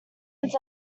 lens